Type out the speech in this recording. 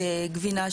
זה גבינה,